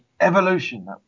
Evolution